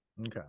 okay